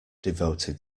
devoted